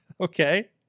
okay